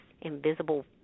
invisible